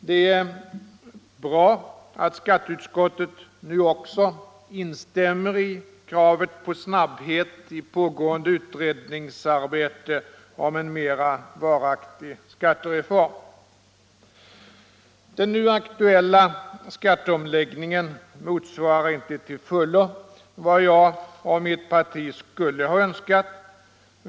Det är bra att skatteutskottet nu också instämmer i kravet på snabbhet i pågående utredningsarbete om en mera varaktig skattereform. Den nu aktuella skatteomläggningen motsvarar inte till fullo vad jag och mitt parti skulle ha önskat.